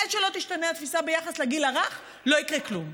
עד שלא תשתנה התפיסה ביחס לגיל הרך לא יקרה כלום.